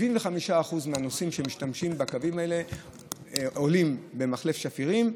75% מהנוסעים שמשתמשים בקווים האלה עולים במחלף שפירים.